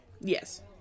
Yes